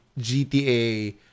GTA